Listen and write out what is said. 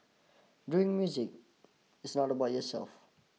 doing music is not about yourself